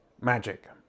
magic